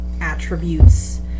attributes